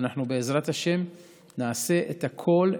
ואנחנו בעזרת השם נעשה את הכול,